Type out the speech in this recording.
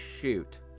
Shoot